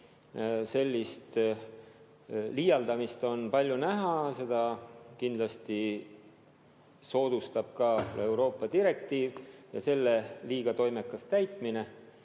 Sellist liialdamist on palju näha. Seda kindlasti soodustab ka Euroopa direktiiv ja selle liiga toimekas täitmine.